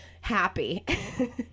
happy